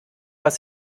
was